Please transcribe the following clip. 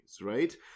right